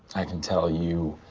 i can tell you